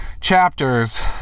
chapters